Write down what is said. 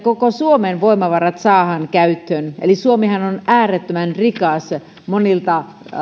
koko suomen voimavarat saadaan käyttöön eli suomihan on äärettömän rikas monilta